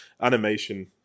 animation